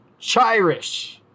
Chirish